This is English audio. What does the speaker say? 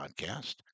podcast